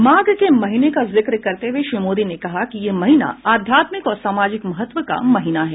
माघ के महीने का जिक्र करते हुए श्री मोदी ने कहा कि यह महीना आध्यात्मिक और सामाजिक महत्व का महीना है